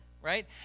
Right